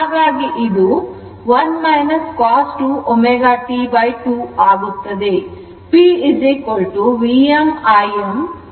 ಹಾಗಾಗಿ ಇದು 1 cos 2 ω t2 ಆಗುತ್ತದೆ